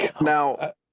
Now